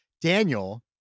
Daniel